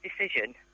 decision